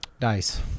nice